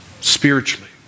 spiritually